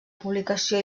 publicació